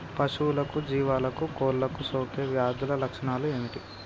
పశువులకు జీవాలకు కోళ్ళకు సోకే వ్యాధుల లక్షణాలు ఏమిటి?